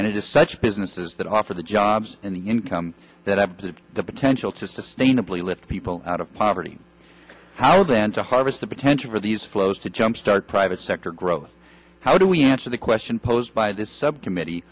and it is such businesses that offer the jobs and the income that have the potential to sustainably lift people out of poverty how then to harvest the potential for these flows to jumpstart private sector growth how do we answer the question posed by this subcommittee